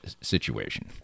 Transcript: situation